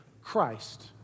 Christ